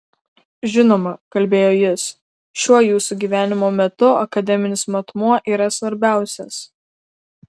žinoma kalbėjo jis šiuo jūsų gyvenimo metu akademinis matmuo yra svarbiausias